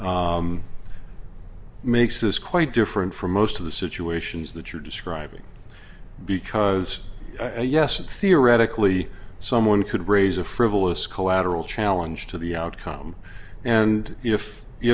adjudicated makes this quite different from most of the situations that you're describing because a yes and theoretically someone could raise a frivolous collateral challenge to the outcome and if you